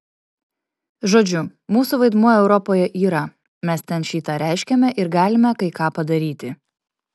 žodžiu mūsų vaidmuo europoje yra mes ten šį tą reiškiame ir galime kai ką padaryti